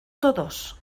todos